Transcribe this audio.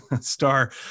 Star